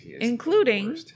including